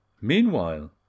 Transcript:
Meanwhile